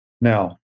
Now